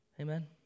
Amen